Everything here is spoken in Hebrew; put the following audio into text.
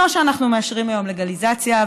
לא שאנחנו מאשרים היום לגליזציה,